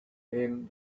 him